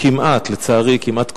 לצערי כמעט,